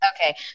Okay